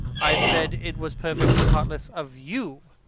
i said it was perfectly heartless of you,